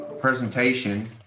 presentation